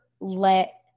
let